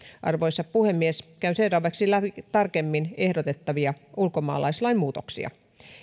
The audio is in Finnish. arvoisa puhemies käyn seuraavaksi läpi tarkemmin ehdotettavia ulkomaalaislain muutoksia